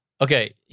Okay